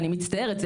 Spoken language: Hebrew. אני מצטערת,